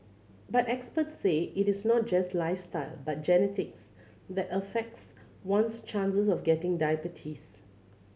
but experts say it is not just lifestyle but genetics that affects one's chances of getting diabetes